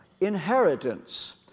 inheritance